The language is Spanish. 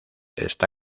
está